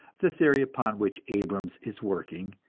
the theory upon which abrams is working,